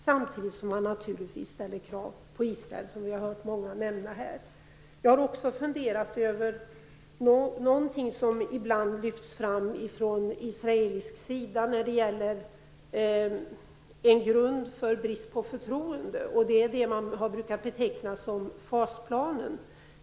Samtidigt skall det naturligtvis ställas krav på Israel, som vi har hört många nämna här. Jag har också funderat över någonting som ibland lyfts fram från israelisk sida när det gäller en grund för brist på förtroende, och det är det som brukar beteckna som fasplanen.